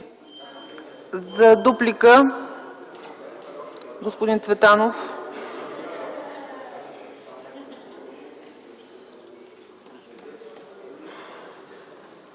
За дуплика – господин Цветанов.